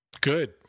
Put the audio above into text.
Good